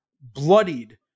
bloodied